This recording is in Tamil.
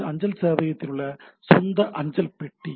இது அஞ்சல் சேவையகத்தில் உள்ள ஒரு சொந்த அஞ்சல் பெட்டி